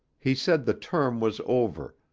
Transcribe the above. he said the term was over,